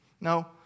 Now